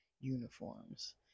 uniforms